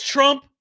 Trump